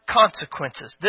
consequences